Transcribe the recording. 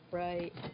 right